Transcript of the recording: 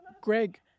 Greg